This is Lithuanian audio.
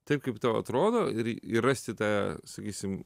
taip kaip tau atrodo ir ir rasti tą sakysim